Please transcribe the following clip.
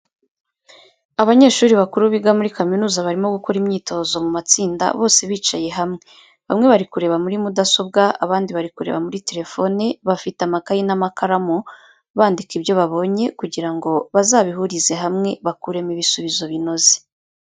Abanyeshuri bakuru biga muri kaminuza barimo gukora imyitozo mu matsinda bose bicaye hamwe, bamwe bari kureba muri mudasobwa, abandi bari kureba muri telefoni, bafite amakayi n'amakaramu bandika ibyo babonye kugira ngo bazabihurize hamwe bakuremo ibisubizo binoze.